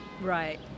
Right